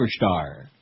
superstar